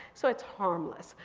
so it's harmless.